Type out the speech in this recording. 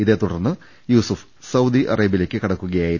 അതേ തുടർന്ന് യൂസഫ് സൌദി അറേബൃയിലേക്ക് കടക്കുകയായിരുന്നു